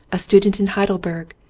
a student in heidelberg,